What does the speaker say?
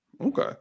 okay